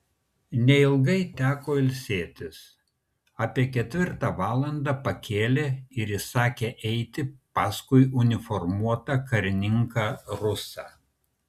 neilgai teko ilsėtis apie ketvirtą valandą pakėlė ir įsakė eiti paskui uniformuotą karininką rusą